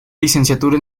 licenciatura